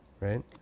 Right